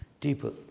deeper